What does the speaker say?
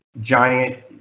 giant